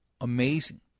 amazing